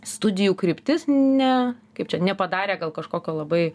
studijų kryptis ne kaip čia nepadarė gal kažkokio labai